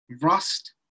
rust